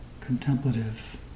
contemplative